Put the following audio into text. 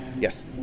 yes